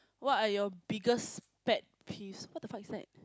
what are your biggest pet peeves what the fuck is that